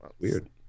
Weird